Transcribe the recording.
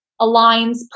aligns